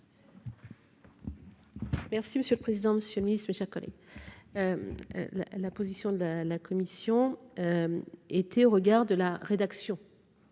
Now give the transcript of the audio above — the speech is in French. Merci monsieur le président, Monsieur le Ministre, mes chers collègues, la la position de la était au regard de la rédaction.